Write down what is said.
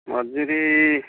ମଜୁରୀ